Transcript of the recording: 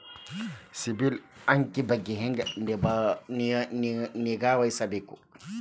ಸಿಬಿಲ್ ಅಂಕಿ ಬಗ್ಗೆ ಹೆಂಗ್ ನಿಗಾವಹಿಸಬೇಕು?